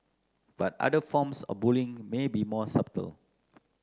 but other forms of bullying may be more subtle